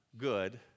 good